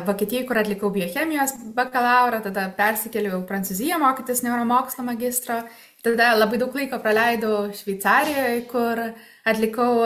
vokietijoj kur atlikau biochemijos bakalaurą tada persikėliau į prancūziją mokytis neuromokslų magistro tada labai daug laiko praleidau šveicarijoj kur atlikau